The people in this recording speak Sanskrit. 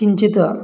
किञ्चित्